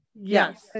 yes